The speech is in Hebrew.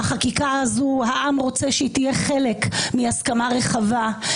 החקיקה הזאת, העם רוצה שהיא תהיה חלק מהסכמה רחבה.